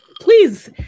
please